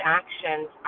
actions